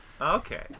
okay